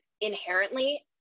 inherently